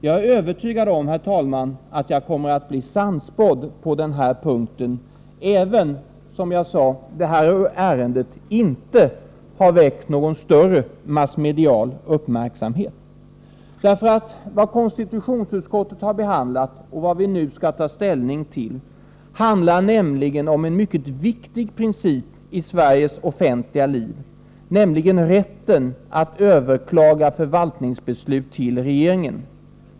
Jag är övertygad om, herr talman, att jag kommer att bli sannspådd på den här punkten även om, som jag sade, det här ärendet inte har väckt någon större massmedial uppmärksamhet. Vad konstitutionsutskottet har behandlat och vad vi nu skall ta ställning till handlar om en mycket viktig princip i Sveriges offentliga liv, nämligen rätten att överklaga förvaltningsbeslut till regeringen.